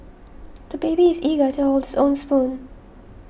the baby is eager to hold his own spoon